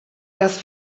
das